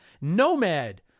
Nomad